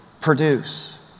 produce